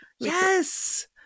Yes